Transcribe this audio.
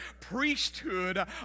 priesthood